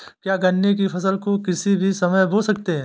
क्या गन्ने की फसल को किसी भी समय बो सकते हैं?